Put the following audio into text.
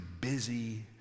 busy